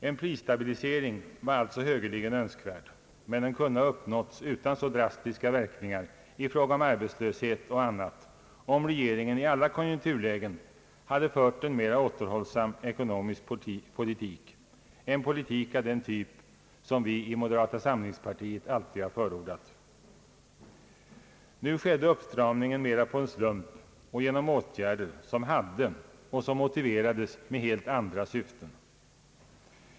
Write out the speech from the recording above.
En prisstabilisering var alltså högeligen önskvärd, men den kunde ha uppnåtts utan så drastiska verkningar i fråga om arbetslöshet och annat, om regeringen i alla konjunkturlägen hade fört en mera återhållsam ekonomisk politik — en politik av den typ som vi i moderata samlingspartiet alltid har förordat. Nu skedde uppstramningen mera på en slump genom åtgärder som hade och som motiverades med helt andra syften.